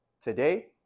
today